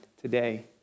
today